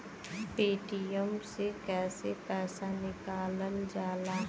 Paytm से कैसे पैसा निकलल जाला?